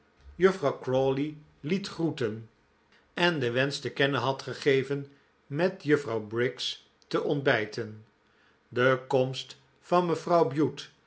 juffrouw crawley liet groeten endenwensch te kennen had gegeven met juffrouw briggs te ontbijten de komst van mevrouw bute